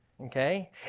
okay